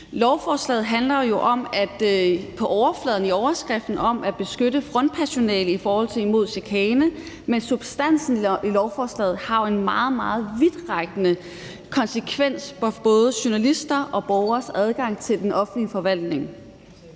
overskriften om at beskytte frontpersonale imod chikane, men substansen i lovforslaget har jo meget, meget vidtrækkende konsekvenser for både journalister og borgeres adgang til den offentlige forvaltning.